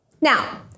Now